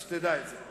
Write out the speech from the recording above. אז שתדע את זה.